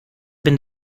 been